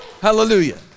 Hallelujah